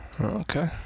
Okay